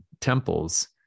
temples